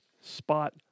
Spot